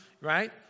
right